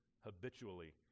habitually